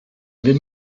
wir